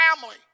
family